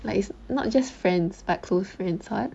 like it's not just friends but close friends [what]